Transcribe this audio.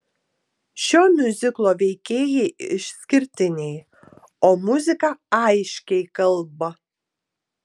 šio miuziklo veikėjai išskirtiniai o muzika aiškiai kalba